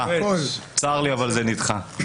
צר לי, אבל היא נדחתה.